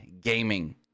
gaming